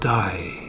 die